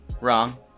wrong